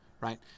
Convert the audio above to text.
right